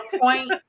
point